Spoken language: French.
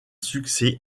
succès